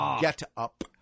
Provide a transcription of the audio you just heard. get-up